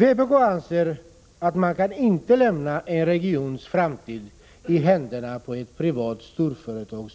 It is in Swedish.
Vpk anser att man inte kan lämna en regions framtid i händerna på ett privat storföretag.